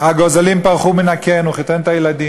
הגוזלים פרחו מן הקן, הוא חיתן את הילדים,